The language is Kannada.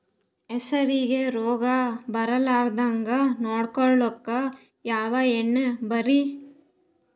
ಹೆಸರಿಗಿ ರೋಗ ಬರಲಾರದಂಗ ನೊಡಕೊಳುಕ ಯಾವ ಎಣ್ಣಿ ಭಾರಿ?